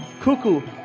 cuckoo